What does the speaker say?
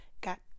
got